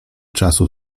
czasu